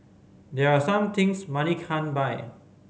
there are some things money can't buy